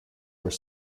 were